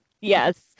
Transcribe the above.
Yes